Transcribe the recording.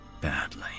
badly